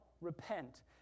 Repent